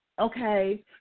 Okay